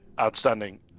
Outstanding